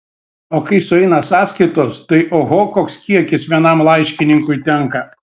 o kai sueina sąskaitos tai oho koks kiekis vienam laiškininkui tenka